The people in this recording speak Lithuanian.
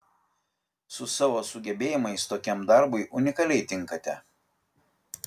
su savo sugebėjimais tokiam darbui unikaliai tinkate